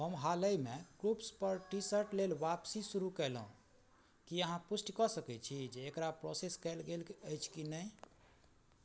हम हालैमे क्रूप्स पर टी शर्ट लेल वापसी शुरू कयलहुँ की अहाँ पुष्टि कऽ सकैत छी जे एकरा प्रोसेस कएल गेल अछि कि नहि